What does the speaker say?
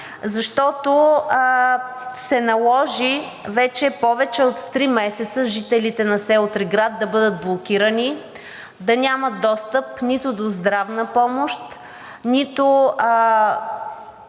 защото се наложи вече повече от три месеца жителите на село Триград да бъдат блокирани, да нямат достъп нито до здравна помощ, нито